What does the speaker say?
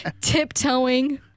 Tiptoeing